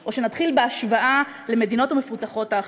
או שנתחיל בהשוואה למדינות המפותחות האחרות.